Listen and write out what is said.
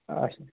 اچھا